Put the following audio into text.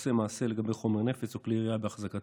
"העושה מעשה לגבי חומר נפץ או כלי ירייה שבאחזקתו